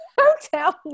hotel